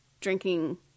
drinking